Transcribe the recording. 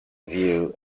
view